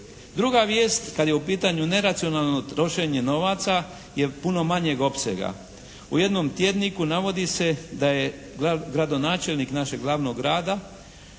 Druga vijest kad je u pitanju neracionalno trošenje novaca je puno manjeg opsega. U jednom tjedniku navodi se da je gradonačelnik našeg glavnog grada